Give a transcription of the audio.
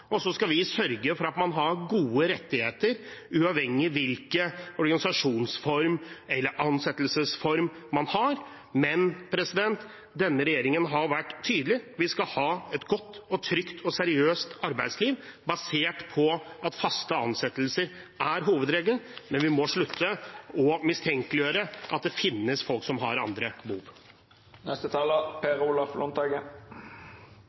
og så skal vi sørge for at man har gode rettigheter, uavhengig av hvilken organisasjonsform eller ansettelsesform man har. Denne regjeringen har vært tydelig: Vi skal ha et godt, trygt og seriøst arbeidsliv, basert på at faste ansettelser er hovedregelen, men vi må slutte å mistenkeliggjøre at det finnes folk som har andre